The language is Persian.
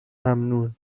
ممنون